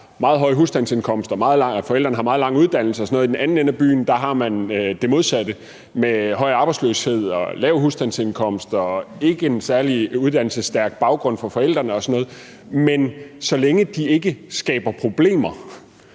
meget høj husstandsindkomst, og hvor forældrene har meget lange uddannelser, og at man i den anden ende af byen har det modsatte, nemlig høj arbejdsløshed og lav husstandsindkomst og ikke en særlig uddannelsesstærk baggrund for forældrene og sådan noget. Men så længe de ikke skaber problemer,